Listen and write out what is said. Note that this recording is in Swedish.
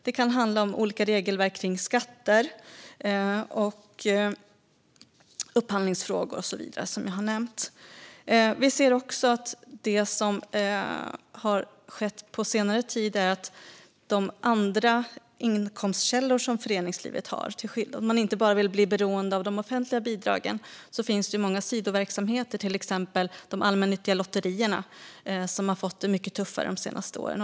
Det kan handla om olika regelverk kring skatter och upphandlingsfrågor och så vidare, som jag har nämnt. Vi ser något som har skett på senare tid. Föreningslivet har andra inkomstkällor. Om man inte bara vill bli beroende av de offentliga bidragen finns det många sidoverksamheter man kan ha. Det handlar till exempel om de allmännyttiga lotterierna, där det har blivit mycket tuffare de senaste åren.